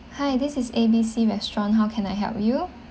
hi this is A B C restaurant how can I help you